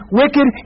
wicked